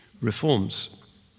reforms